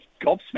gobsmacked